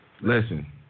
Listen